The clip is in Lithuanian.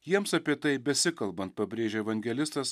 jiems apie tai besikalbant pabrėžia evangelistas